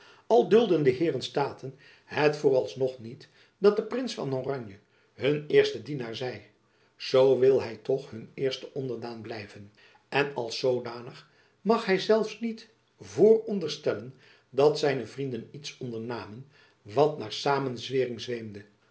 al dulden de heeren staten het voor als nog niet dat de prins van oranje hun eerste dienaar zij zoo wil hy toch hun eerste onderdaan blijven en als zoodanig mag hy zelfs niet vooronderstellen dat zijne vrienden iets ondernamen wat naar samenzwering